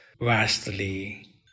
vastly